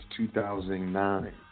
2009